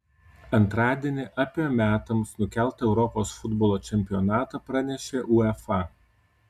antradienį apie metams nukeltą europos futbolo čempionatą pranešė uefa